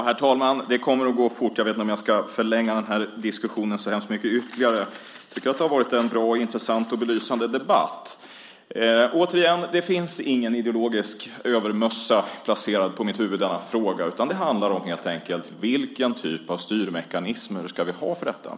Herr talman! Det kommer att gå fort - jag ska inte förlänga den här diskussionen så mycket ytterligare. Jag tycker att det har varit en bra, intressant och belysande debatt. Återigen: Det finns ingen ideologisk övermössa placerad på mitt huvud i denna fråga. Det handlar helt enkelt om vilken typ av styrmekanismer vi ska ha för detta.